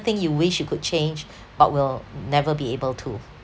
thing you wish you could change but will never be able to